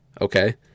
okay